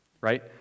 right